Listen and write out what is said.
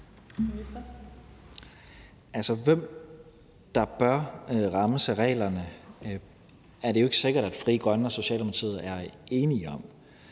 Altså, hvem der bør rammes af reglerne, er det jo ikke sikkert at Frie Grønne og Socialdemokratiet er enige om.